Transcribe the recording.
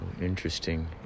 interesting